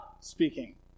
speaking